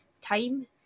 time